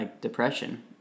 depression